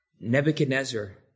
Nebuchadnezzar